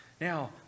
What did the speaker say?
Now